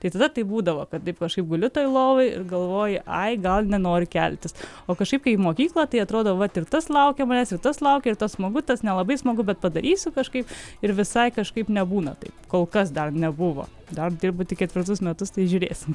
tai tada taip būdavo kad taip kažkaip guliu toj lovoj ir galvoji ai gal nenori keltis o kažkaip kai į mokyklą tai atrodo vat ir tas laukia manęs ir tas laukia ir tas smagu tas nelabai smagu bet padarysiu kažkaip ir visai kažkaip nebūna taip kol kas dar nebuvo dar dirbu tik ketvirtus metus tai žiūrėsim